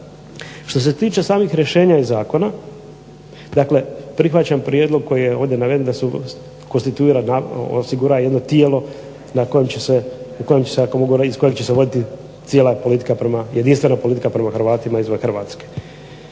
Što se tiče samih rješenja iz zakona, dakle prihvaćam prijedlog koji je ovdje naveden da se osigura jedno tijelo iz kojeg će se voditi jedinstvena politika prema Hrvatima izvan Hrvatske.